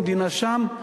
מדינה שם.